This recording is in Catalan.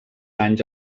anys